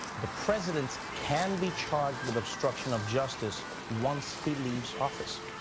the president can be charged with obstruction of justice once he leaves office.